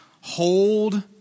hold